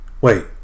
Wait